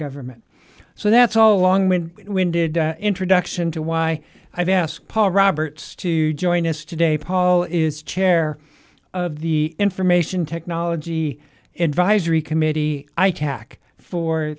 government so that's all along when winded introduction to why i've asked paul roberts to join us today paul is chair of the information technology invitees re committee i tak for